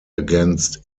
against